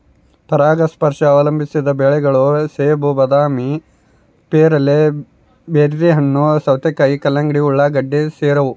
ಪರಾಗಸ್ಪರ್ಶ ಅವಲಂಬಿಸಿದ ಬೆಳೆಗಳು ಸೇಬು ಬಾದಾಮಿ ಪೇರಲೆ ಬೆರ್ರಿಹಣ್ಣು ಸೌತೆಕಾಯಿ ಕಲ್ಲಂಗಡಿ ಉಳ್ಳಾಗಡ್ಡಿ ಸೇರವ